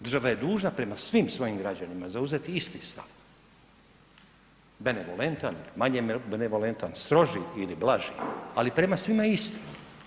Država je dužna prema svim svojim građanima zauzeti isti stav, benevolentan, manje benevolentan, stroži ili blaži, ali prema svima isti.